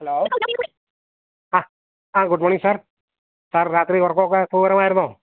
hello uh uh good morning sir sir രാത്രി ഉറക്കമൊക്കെ സുഖകരമായിരുന്നോ